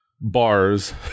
bars